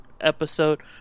episode